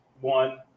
one